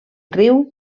riu